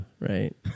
right